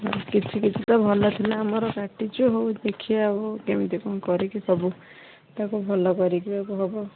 କିଛି କିଛି ତ ଭଲ ଥିଲା ଆମର କାଟିଚୁ ହଉ ଦେଖିବା ଆଉ କେମତି କଣ କରିକି ତାକୁ ତାକୁ ଭଲ କରିବାକୁ ହେବ